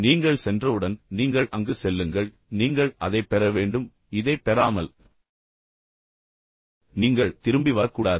எனவே நீங்கள் சென்றவுடன் நீங்கள் அங்கு செல்லுங்கள் பின்னர் நீங்கள் அதைப் பெற வேண்டும் இதைப் பெறாமல் நீங்கள் திரும்பி வரக்கூடாது